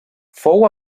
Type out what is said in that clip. fou